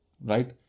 right